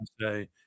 say